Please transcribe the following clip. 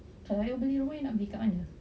kalau you beli rumah nak beli kat mana